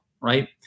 right